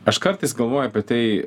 aš kartais galvoju apie tai